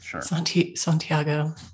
Santiago